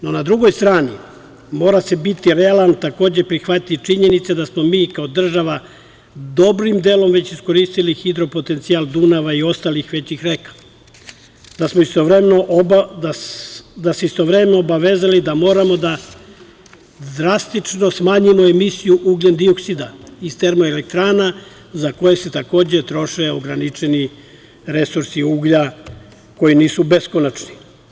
No, na drugoj strani mora se biti realan i takođe prihvatiti činjenica da smo mi kao država dobrim delom već iskoristili hidro potencijal Dunava i ostalih većih reka, da smo se istovremeno obavezali da moramo da drastično smanjimo emisiju ugljendioksida iz termoelektrana za koje se takođe troše ograničeni resursi uglja koji nisu beskonačni.